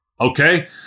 okay